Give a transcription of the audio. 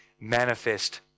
manifest